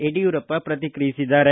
ಯಡಿಯೂರಪ್ಪ ಪ್ರತಿಕ್ರಿಯಿಸಿದ್ದಾರೆ